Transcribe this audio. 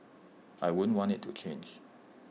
I wouldn't want IT to change